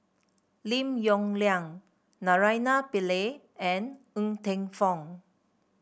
Lim Yong Liang Naraina Pillai and Ng Teng Fong